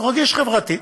הוא רגיש חברתית.